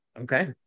Okay